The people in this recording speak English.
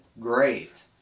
great